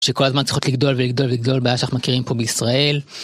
שכל הזמן צריכות לגדול ולגדול ולגדול בעיה שאנחנו מכירים פה בישראל.